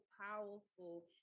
powerful